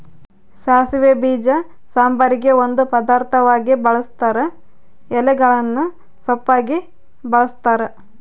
ಸಾಸಿವೆ ಬೀಜ ಸಾಂಬಾರಿಗೆ ಒಂದು ಪದಾರ್ಥವಾಗಿ ಬಳುಸ್ತಾರ ಎಲೆಗಳನ್ನು ಸೊಪ್ಪಾಗಿ ಬಳಸ್ತಾರ